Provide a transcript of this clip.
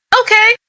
okay